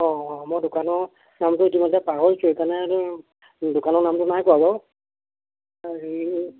অঁ অঁ মই দোকানৰ নামটো ইতিমধ্যে পাহৰিছোঁ সেইকাৰণে আৰু দোকানৰ নামটো নাই কোৱা বাৰু হেৰি